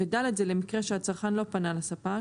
ובסעיף (ד) זה למקרה שהצרכן לא פנה לספק